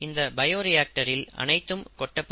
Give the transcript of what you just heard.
இந்த பயோரியாக்டரில் அனைத்தும் கொட்டப்படும்